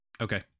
Okay